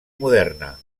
moderna